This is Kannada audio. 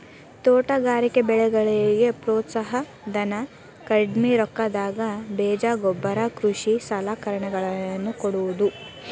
ತೋಟಗಾರಿಕೆ ಬೆಳೆಗಳಿಗೆ ಪ್ರೋತ್ಸಾಹ ಧನ, ಕಡ್ಮಿ ರೊಕ್ಕದಾಗ ಬೇಜ ಗೊಬ್ಬರ ಕೃಷಿ ಸಲಕರಣೆಗಳ ನ್ನು ಕೊಡುವುದು